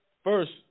First